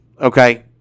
okay